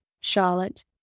Charlotte